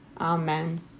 Amen